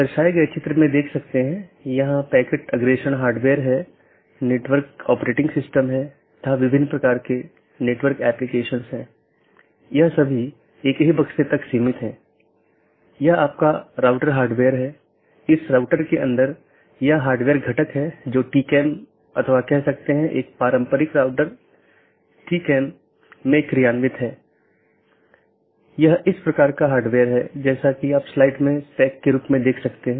दूसरे अर्थ में हमारे पूरे नेटवर्क को कई ऑटॉनमस सिस्टम में विभाजित किया गया है जिसमें कई नेटवर्क और राउटर शामिल हैं जो ऑटॉनमस सिस्टम की पूरी जानकारी का ध्यान रखते हैं हमने देखा है कि वहाँ एक बैकबोन एरिया राउटर है जो सभी प्रकार की चीजों का ध्यान रखता है